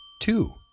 Two